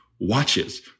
watches